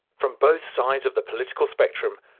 from both sides of the political spectrum,